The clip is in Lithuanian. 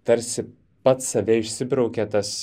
tarsi pats save išsibraukė tas